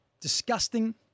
Disgusting